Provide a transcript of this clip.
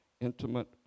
intimate